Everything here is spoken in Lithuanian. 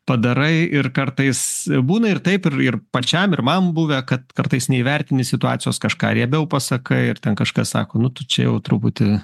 padarai ir kartais būna ir taip ir ir pačiam ir man buvę kad kartais neįvertini situacijos kažką riebiau pasakai ir ten kažkas sako nu tu čia jau truputį